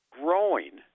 growing